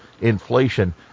inflation